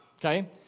okay